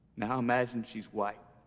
now imagine she's white.